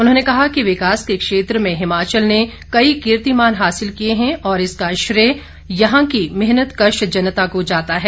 उन्होंने कहा कि विकास के क्षेत्र में हिमाचल ने कई कीर्तिमान हासिल किए हैं और इसका श्रेय यहां की मेहनतकश जनता को जाता है